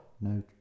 No